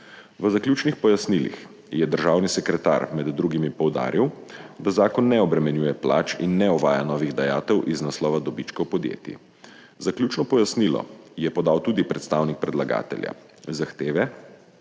V zaključnih pojasnilih je državni sekretar med drugim poudaril, da zakon ne obremenjuje plač in ne uvaja novih dajatev iz naslova dobičkov podjetij. Zaključno pojasnilo je podal tudi predstavnik predlagatelja zahteve,